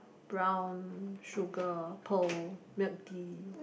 brown sugar pearl milk tea